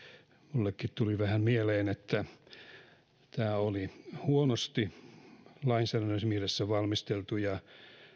minullekin tuli vähän mieleen että tämä oli huonosti lainsäädännöllisessä mielessä valmisteltu ja